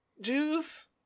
Jews